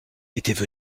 étaient